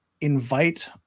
invite